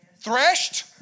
Threshed